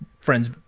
friend's